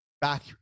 back